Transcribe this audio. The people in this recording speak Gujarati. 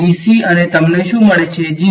ડીસી અને તમને શું મળે છે 0